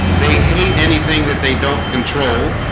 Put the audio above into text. they hate anything that they don't control